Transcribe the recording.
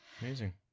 amazing